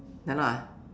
ya lah